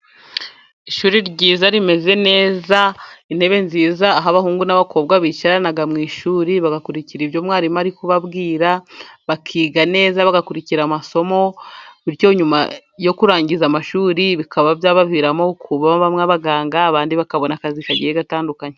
Ishuri ryiza rimeze neza, intebe nziza, aho abahungu n'abakobwa bicarana mu ishuri bagakurikira ibyo mwarimu ari kubabwira, bakiga neza, bagakurikira amasomo, bityo nyuma yo kurangiza amashuri, bikaba byabaviramo kuba bamwe abaganga abandi bakabona akazi kagiye gatandukanye.